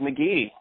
McGee